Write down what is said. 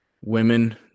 women